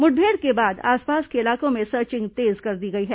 मुठभेड़ के बाद आसपास के इलाकों में सर्चिंग तेज कर दी गई है